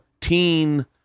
teen